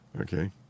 Okay